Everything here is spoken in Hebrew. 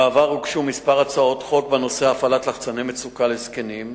בעבר הוגשו כמה הצעות חוק בנושא הפעלת לחצי מצוקה לזקנים.